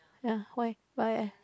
yeah why why